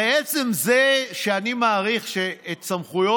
הרי עצם זה שאני מאריך את סמכויות